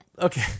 okay